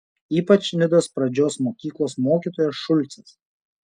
ypač nidos pradžios mokyklos mokytojas šulcas